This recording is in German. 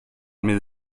mir